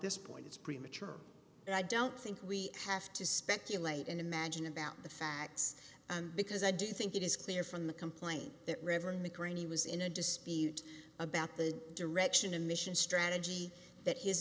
this point it's premature and i don't think we have to speculate and imagine about the facts because i do think it is clear from the complaint that reverend mcraney was in a dispute about the direction and mission strategy that his